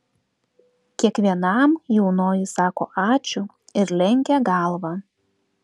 kiekvienam jaunoji sako ačiū ir lenkia galvą